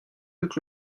luc